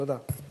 תודה.